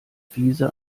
fiese